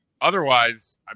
otherwise